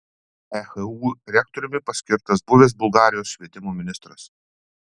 ehu rektoriumi paskirtas buvęs bulgarijos švietimo ministras